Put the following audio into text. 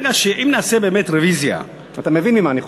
אתה מבין ממה אני חושש.